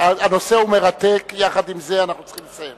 הנושא הוא מרתק ויחד עם זה אנחנו צריכים לסיים.